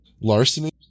larceny